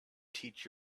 teach